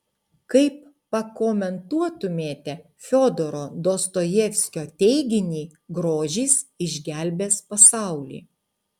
kaip pakomentuotumėte fiodoro dostojevskio teiginį grožis išgelbės pasaulį